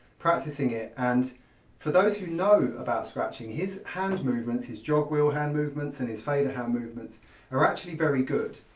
practising it and for those who know about scratching his hand movements, his jogwheel hand movements and his fader hand movements are actually very good.